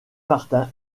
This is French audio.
martin